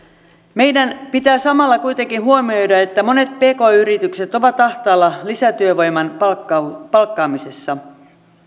meidän pitää samalla kuitenkin huomioida että monet pk yritykset ovat ahtaalla lisätyövoiman palkkaamisessa palkkaamisessa